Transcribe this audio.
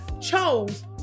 chose